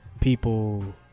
people